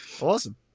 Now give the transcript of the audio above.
Awesome